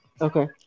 Okay